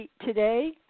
today